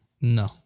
no